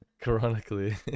chronically